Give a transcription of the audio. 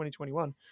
2021